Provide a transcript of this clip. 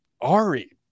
ari